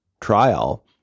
trial